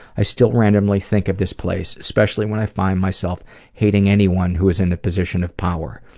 i still randomly think of this place, especially when i find myself hating anyone who is in a position of power.